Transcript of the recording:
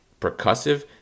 percussive